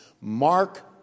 Mark